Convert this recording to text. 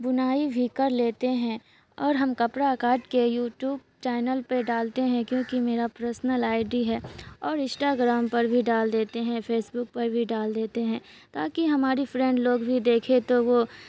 بنائی بھی کر لیتے ہیں اور ہم کپڑا کاٹ کے یو ٹیوب چینل پہ ڈالتے ہیں کیونکہ میرا پرسنل آئی ڈی ہے اور انسٹاگرام پر بھی ڈال دیتے ہیں فیس بک پر بھی ڈال دیتے ہیں تاکہ ہماری فرینڈ لوگ بھی دیکھے تو وہ